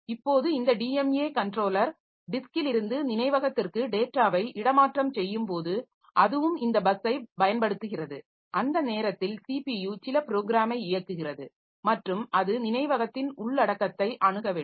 இப்போது இந்த DMA controller டிஸ்க்கில் இருந்து நினைவகத்திற்கு டேட்டாவை இடமாற்றம் செய்யும்போது அதுவும் இந்த பஸ்ஸைப் பயன்படுத்துகிறது அந்த நேரத்தில் ஸிபியு சில ப்ரோக்ராமை இயக்குகிறது மற்றும் அது நினைவகத்தின் உள்ளடக்கத்தை அணுக வேண்டும்